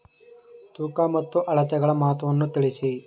ತೂಕ ಮತ್ತು ಅಳತೆಗಳ ಮಹತ್ವವನ್ನು ತಿಳಿಸಿ?